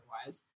otherwise